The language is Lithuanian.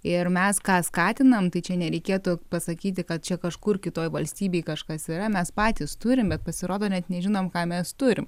ir mes ką skatinam tai čia nereikėtų pasakyti kad čia kažkur kitoj valstybėj kažkas yra mes patys turim bet pasirodo net nežinom ką mes turim